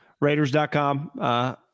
Raiders.com